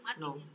No